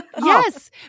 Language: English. Yes